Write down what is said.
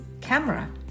camera